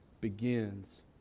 begins